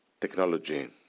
technology